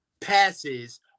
passes